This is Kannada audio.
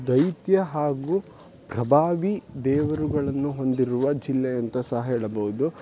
ದೈತ್ಯ ಹಾಗೂ ಪ್ರಭಾವಿ ದೇವರುಗಳನ್ನು ಹೊಂದಿರುವ ಜಿಲ್ಲೆ ಅಂತ ಸಹ ಹೇಳಬಹ್ದು